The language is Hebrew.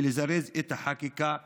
ולזרז את החקיקה למענם.